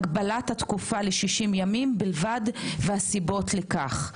הגבלת התקופה ל-60 ימים בלבד והסיבות לכך.